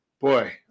boy